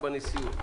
בנשיאות: